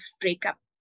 breakup